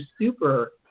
super